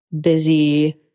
busy